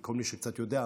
כל מי שקצת יודע,